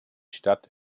stadt